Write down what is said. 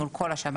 מול כל השב"נים,